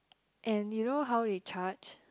and you know how they charge